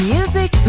Music